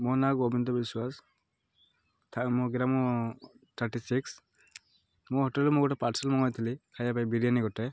ମୋ ନାଁ ଗୋବିନ୍ଦ ବିଶ୍ୱାସ ମୋ ଗ୍ରାମ ଥାର୍ଟି ସିକ୍ସ ମୋ ହୋଟେଲ୍ରୁ ମୁଁ ଗୋଟେ ପାର୍ସଲ୍ ମଗାଇଥିଲି ଖାଇବା ପାଇଁ ବିରିୟାନୀ ଗୋଟେ